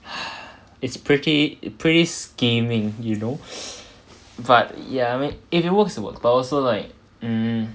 it's pretty pretty scheming you know but ya I mean if it works it works but also like mm